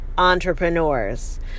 entrepreneurs